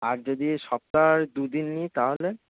আর যদি সপ্তাহে দুদিন নিই তাহলে